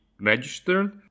registered